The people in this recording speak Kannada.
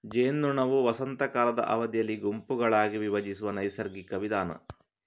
ಜೇನ್ನೊಣವು ವಸಂತ ಕಾಲದ ಅವಧಿಯಲ್ಲಿ ಗುಂಪುಗಳಾಗಿ ವಿಭಜಿಸುವ ನೈಸರ್ಗಿಕ ವಿಧಾನ